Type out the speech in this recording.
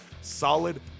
solid